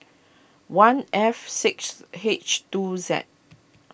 one F six H two Z